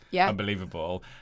unbelievable